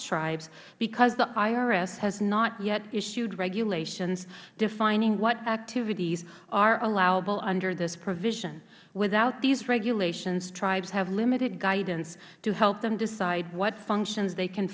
tribes because the irs has not yet issued regulations defining what activities are allowable under this provision without these regulations tribes have limited guidance to help them decide what function they can